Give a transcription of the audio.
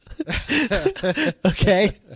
Okay